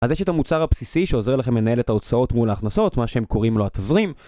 אז יש את המוצר הבסיסי שעוזר לכם לנהל את ההוצאות מול ההכנסות, מה שהם קוראים לו התזרים.